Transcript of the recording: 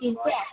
কিন্তু অ্যা